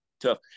tough